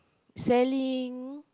selling